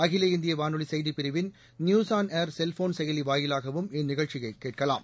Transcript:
அகில இந்திய வானொலி செய்திப் பிரிவின் நியூஸ்ஆன்ஏர் செல்ஃபோன் செயலி வாயிலாகவும் இந்நிகழ்ச்சியை கேட்கலாம்